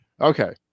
Okay